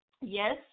yes